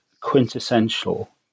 quintessential